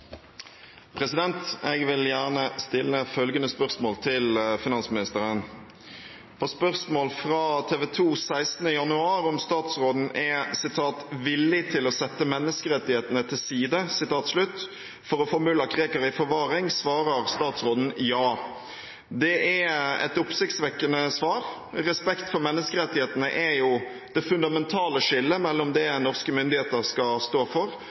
spørsmålslisten. Jeg vil gjerne stille følgende spørsmål til finansministeren: «På spørsmål fra TV 2 16. januar om statsråden «er villig til å sette menneskerettighetene til side» for å få mulla Krekar i forvaring, svarer statsråden «ja». Det er et oppsiktsvekkende svar. Respekt for menneskerettighetene er jo det fundamentale skillet mellom det norske myndigheter skal stå for,